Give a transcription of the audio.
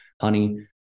honey